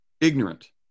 ignorant